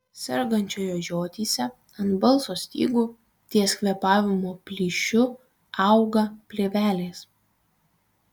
sergančiojo žiotyse ant balso stygų ties kvėpavimo plyšiu auga plėvelės